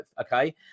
okay